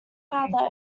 father